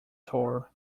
tour